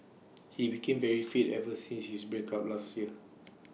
he became very fit ever since his break up last year